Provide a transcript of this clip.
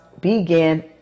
begin